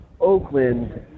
Oakland